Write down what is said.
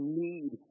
need